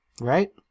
right